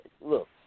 look